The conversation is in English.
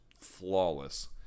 flawless